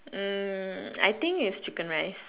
hmm I think it's chicken rice